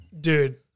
Dude